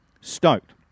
stoked